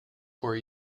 for